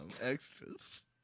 extras